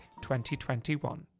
2021